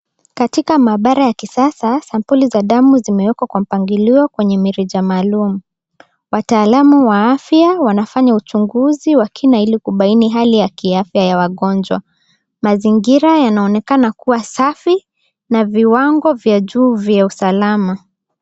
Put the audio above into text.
Katika maabara ya kisasa sampuli za damu zimeekwa kwa mapngilio kwenye mirija maalum wataalamu wa afya wanafanya uchunguzi wa kina ilikubaini hali ya kiafya ya wagonjwa mazingira yanaonekana kuwa safi na viwango vya juu vya usalama.